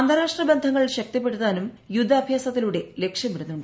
അന്താരാഷ്ട്ര ബന്ധങ്ങൾ ശക്തിപ്പെടുത്താനും യുദ്ധാഭ്യാസത്തിലൂടെ ലക്ഷ്യമിടുന്നുണ്ട്